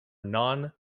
non